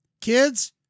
kids